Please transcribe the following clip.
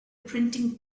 printing